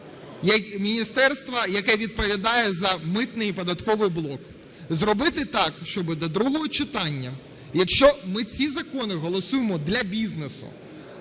міністерства, яке відповідає за митний і податковий блок, зробити так, щоби до другого читання, якщо ми ці закони голосуємо для бізнесу,